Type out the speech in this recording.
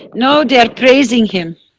no, they are praising him.